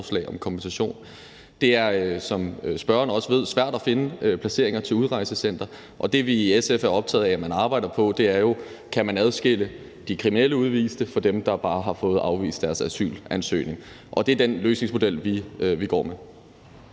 ved, svært at finde placeringer til udrejsecentre, og det, vi i SF er optaget af at man arbejder på, er jo: Kan man adskille de kriminelle udviste fra dem, der bare har fået afvist deres asylansøgning? Og det er den løsningsmodel, vi går med.